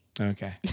Okay